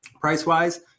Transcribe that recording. Price-wise